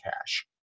cash